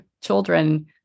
children